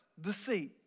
deceit